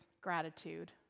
gratitude